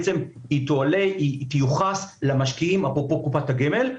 היא תיוחס למשקיעים אפרופו קופת הגמל.